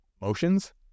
motions